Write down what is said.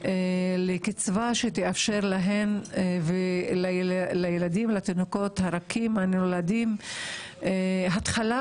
לקצבה שתאפשר לרכים הנולדים התחלה,